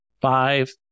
Five